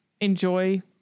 enjoy